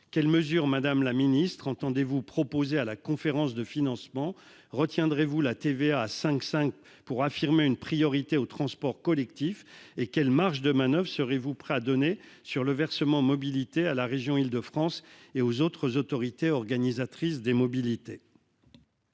quelles mesures le Gouvernement entend-il proposer lors de la conférence de financement ? Retiendra-t-il la TVA à 5,5 % pour affirmer une priorité aux transports collectifs ? Quelles marges de manoeuvre est-il prêt à donner sur le versement mobilité à la région Île-de-France et aux autres autorités organisatrices de la mobilité ?